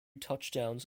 touchdowns